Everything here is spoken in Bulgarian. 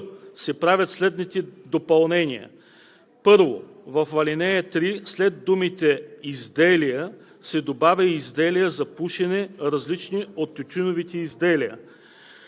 се правят следните допълнения: 1. В ал. 3 след думите „изделия“ се добавя „и изделия за пушене, различни от тютюневи изделия“.